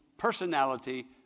Personality